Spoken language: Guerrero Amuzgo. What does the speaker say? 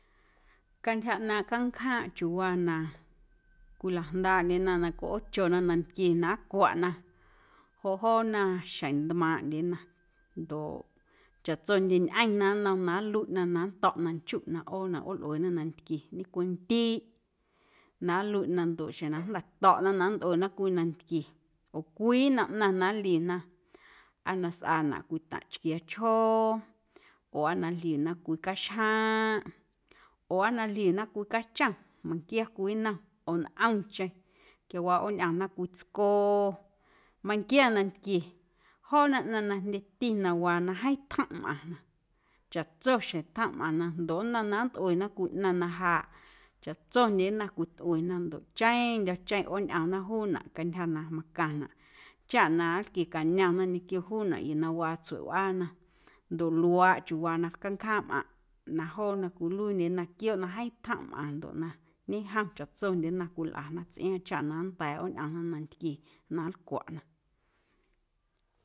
Cantyja ꞌnaaⁿꞌ canjaaⁿꞌ chiuuwaa na cwilajndaaꞌndyena na cwiꞌoochona nantquie na ncwaꞌna joꞌ joona xjeⁿntmaaⁿꞌndyena ndoꞌ chaꞌtsondyeñꞌeⁿna nnom na nluiꞌna na nnto̱ꞌna nchuꞌ na ꞌoona ꞌoolꞌueena nantquie ñecwiindiiꞌ na nluiꞌna ndoꞌ xeⁿ na jnda̱ to̱ꞌna na nntꞌuena cwii nantquie oo cwii nnom ꞌnaⁿ na nliuna aa na sꞌaanaꞌ cwii taⁿꞌ chquiaa chjoo oo na ljiuna cwii caxjaaⁿꞌ oo na ljiuna cwii cachom meiⁿnquia cwii nnom oo ntꞌomcheⁿ quiawaa ꞌooñꞌomna cwii tsco meiⁿnquia nantquie joona ꞌnaⁿ na jndyeti na waa na jeeⁿ tjomꞌ mꞌaⁿna chaꞌtso xjeⁿ tsjomꞌ mꞌaⁿna ndoꞌ nnom na nntꞌuena cwii ꞌnaⁿ na jaaꞌ chaꞌtsondyena cwitꞌuena ndoꞌ cheⁿndyo̱cheⁿ ꞌooñꞌomna juunaꞌ cantyja na macaⁿnaꞌ chaꞌ na nlquiecañomna ñequio juunaꞌ yuu na waa tsueꞌwꞌaana ndoꞌ luaaꞌ chiuuwaa na canjaaⁿꞌmꞌaⁿꞌ na joona cwiluiindyena quiooꞌ na jeeⁿ tjomꞌ mꞌaⁿ ndoꞌ na ñejom chaꞌtsondyena cwilꞌana tsꞌiaaⁿ chaꞌ na nnda̱a̱ ꞌooñꞌomna nantquie na nlcwaꞌna.